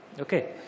okay